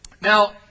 Now